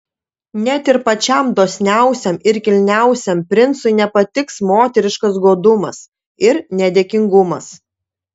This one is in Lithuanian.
net ir pačiam dosniausiam ir kilniausiam princui nepatiks moteriškas godumas ir nedėkingumas